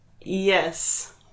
Yes